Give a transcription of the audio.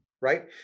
right